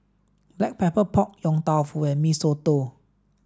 Black Pepper Pork Yong Tau Foo and Mee Soto